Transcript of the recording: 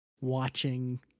watching –